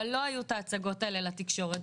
אבל לא היו את ההצגות האלה לתקשורת,